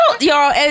Y'all